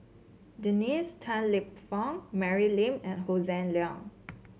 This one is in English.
Dennis Tan Lip Fong Mary Lim and Hossan Leong